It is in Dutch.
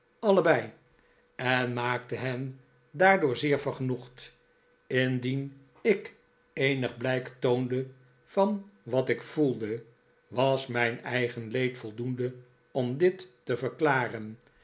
allebei en maakte hen daardoor zeer vergenoegd indien ik eenig blijk toonde van wat ik voelde was mijn eigen leed voldoende om dit te verklaren